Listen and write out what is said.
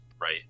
right